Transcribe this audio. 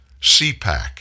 CPAC